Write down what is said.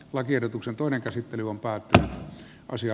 lakiehdotuksen toinen käsittely on päätti kosia